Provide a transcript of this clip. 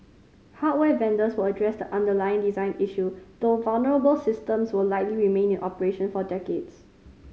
hardware vendors will address the underlying design issue though vulnerable systems will likely remain in operation for decades